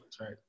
right